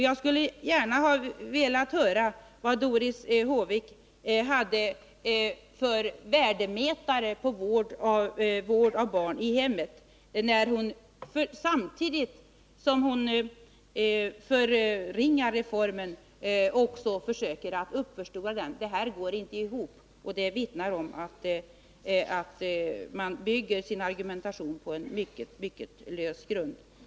Jag skulle gärna ha velat höra vilken värdemätare Doris Håvik har för vård av barn i hemmet, när hon samtidigt som hon förringar reformen också försöker uppförstora den. Det går inte ihop. Det vittnar om att hon bygger sin argumentation på en mycket lös grund.